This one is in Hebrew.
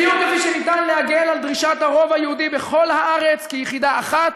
בדיוק כפי שניתן להגן על דרישת הרוב היהודי בכל הארץ כיחידה אחת,